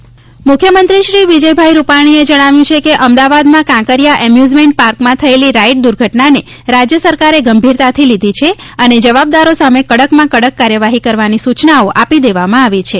ride મુખ્યમંત્રી શ્રી વિજયભાઇ રૂપાણીએ જણાવ્યું કે અમદાવાદમાં કાંકરીયા એમ્યુઝમેન્ટ પાર્કમાં થયેલી રાઇડ દુર્ઘટનાને રાજ્ય સરકારે ગંભીરતાથી લીધી છે અને જવાબદારો સામે કડકમાં કડક કાર્યવાહી કરવાની સૂચનાઓ આપી દેવામાં આવી છે